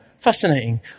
Fascinating